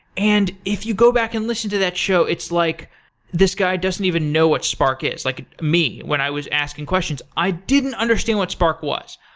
and if you go back and listen to that show, it's like this guy doesn't even know what spark is. like me, when i was asking questions, i didn't understand what spark was.